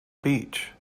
beach